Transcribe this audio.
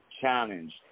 challenged